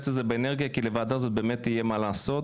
הזה באנרגיה כי לוועדה הזו באמת יהיה מה לעשות,